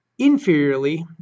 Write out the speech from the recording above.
inferiorly